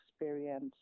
experience